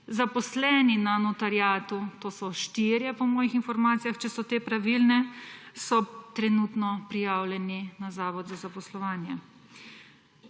Zaposleni na notariatu, to so štirje – po mojih informacijah, če so te pravilne –, so trenutno prijavljeni na Zavod za zaposlovanje.